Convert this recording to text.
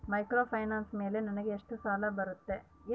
Microfinance ಮೇಲೆ ನನಗೆ ಎಷ್ಟು ಸಾಲ ಬರುತ್ತೆ?